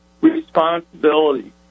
responsibility